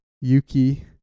Yuki